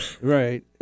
Right